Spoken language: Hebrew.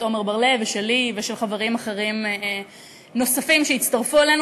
עמר בר-לב ושלי ושל חברים אחרים שהצטרפו אלינו,